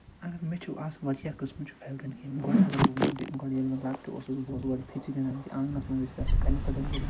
اگر مےٚ چھُ آس وارِیاہ قٕسمٕچ فٮ۪ورِٹ گیمہٕ گۄڈٕ اگر بہٕ گۄڈٕ ییٚلہِ بہٕ لکٹہِ اوسُس بہٕ گۄڈٕ فیٚژِ گِنٛدان کہِ آنٛگنس منٛز ٲسۍ تتھ کَنہِ فلٮ۪ن گِنٛدان